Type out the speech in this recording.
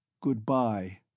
Goodbye